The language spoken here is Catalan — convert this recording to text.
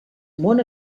món